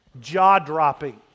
jaw-dropping